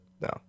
no